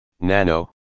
Nano